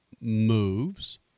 moves